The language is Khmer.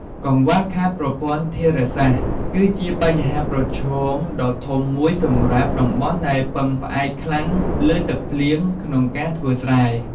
កង្វះខាតប្រព័ន្ធធារាសាស្ត្រ គឺជាបញ្ហាប្រឈមដ៏ធំមួយសម្រាប់តំបន់ដែលពឹងផ្អែកខ្លាំងលើទឹកភ្លៀងក្នុងការធ្វើស្រែ។